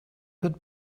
could